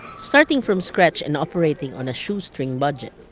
starting from scratch and operating on a shoestring budget,